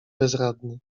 bezradny